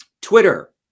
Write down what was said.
Twitter